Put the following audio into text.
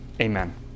Amen